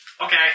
Okay